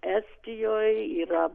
estijoj yra